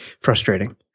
frustrating